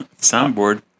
Soundboard